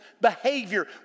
behavior